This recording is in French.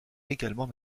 également